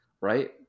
right